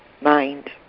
mind